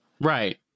Right